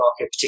market